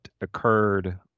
occurred